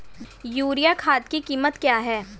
Urea खाद की कीमत क्या है?